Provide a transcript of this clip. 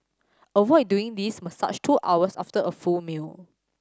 avoid doing this massage two hours after a full meal